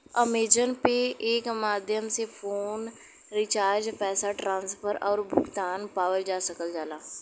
Amazon Pay के माध्यम से फ़ोन रिचार्ज पैसा ट्रांसफर आउर भुगतान पावल जा सकल जाला